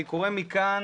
אני קורא מכאן,